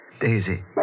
Daisy